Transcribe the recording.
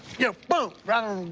yeah, boom, right on